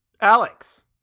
Alex